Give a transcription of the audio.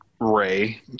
ray